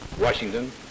Washington